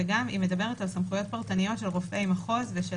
וגם היא מדברת על סמכויות פרטניות של רופאי מחוז ושל